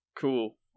Cool